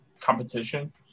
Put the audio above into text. competition